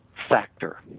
factor.